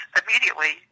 immediately